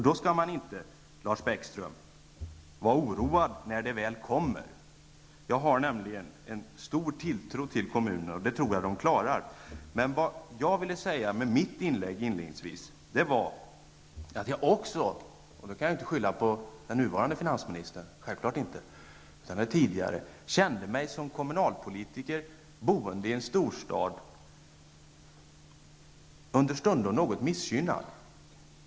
Då skall man inte, Lars Bäckström, vara oroad när det väl kommer. Jag har nämligen stor tilltro till kommunerna. Vad jag ville säga i mitt inledningsanförande var att också jag -- naturligtvis kan jag inte skylla på den nuvarande finansministern utan den tidigare -- som kommunalpolitiker och boende i en storstad under stundom kände mig något missgynnad.